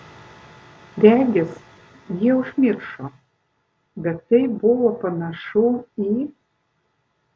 regis jie užmiršo bet tai buvo panašu į